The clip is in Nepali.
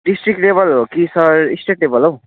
डिस्ट्रिक्ट लेभल हो कि सर स्टेट लेभल हौ